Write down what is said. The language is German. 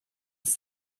ist